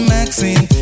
Maxine